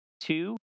two